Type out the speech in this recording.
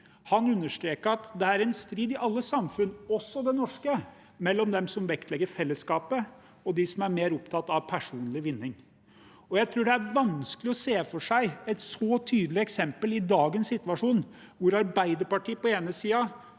Han understreket at det er en strid i alle samfunn – også det norske – mellom dem som vektlegger fellesskapet og dem som er mer opptatt av personlig vinning. Jeg tror det er vanskelig å se for seg et like tydelig eksempel i dagens situasjon, hvor Arbeiderpartiet på den ene siden